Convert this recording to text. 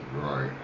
Right